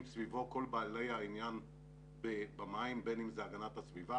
סביבו כל בעלי העניין במים הגנת הסביבה,